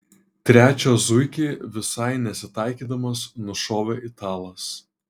trečią zuikį visai nesitaikydamas nušovė italas